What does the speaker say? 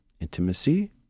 intimacy